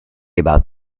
about